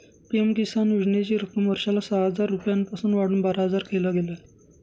PM Kisan योजनेची रक्कम वर्षाला सहा हजार रुपयांपासून वाढवून बारा हजार केल गेलं आहे